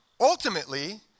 Ultimately